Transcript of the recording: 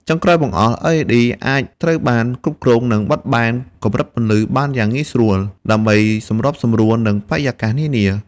ដូច្នេះប្រភពពន្លឺទាំងពីរនេះសុទ្ធតែមានសារៈសំខាន់ដូចគ្នាទៅតាមសម័យកាលនៃការប្រើប្រាស់ជាប្រចាំសម្រាប់ជាជំនួយបំភ្លឺដល់ការសម្តែងផ្សេងៗ។